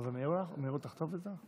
אז זה מאיר אותך טוב יותר?